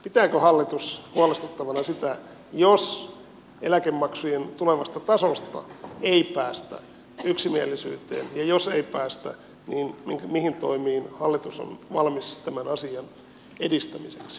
pitääkö hallitus huolestuttavana sitä jos eläkemaksujen tulevasta tasosta ei päästä yksimielisyyteen ja jos ei päästä niin mihin toimiin hallitus on valmis tämän asian edistämiseksi